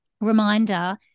reminder